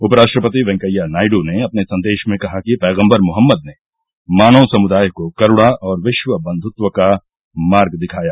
उपराष्ट्रपति वेंकैया नायड् ने अपने संदेश में कहा कि पैगम्बर मोहम्मद ने मानव समुदाय को करुणा और विश्व बंधृत्व का मार्ग दिखाया